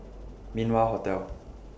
Min Wah Hotel